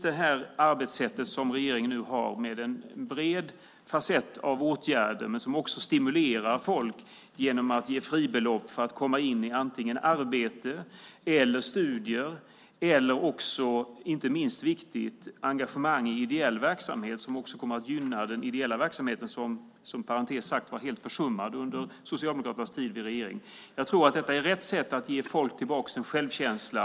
Det arbetssätt som regeringen nu har innebär en bred fasett av åtgärder som också stimulerar folk genom att ge fribelopp för att komma in i arbete, studier eller, inte minst viktigt, engagemang i ideell verksamhet, vilket också kommer att gynna den ideella verksamheten, som inom parentes sagt var helt försummad under Socialdemokraternas tid i regeringsställning. Jag tror att detta är rätt sätt att ge folk tillbaka självkänslan.